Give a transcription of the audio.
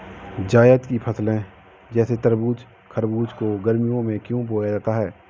जायद की फसले जैसे तरबूज़ खरबूज को गर्मियों में क्यो बोया जाता है?